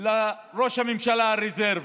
לראש הממשלה הרזרבי: